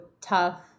tough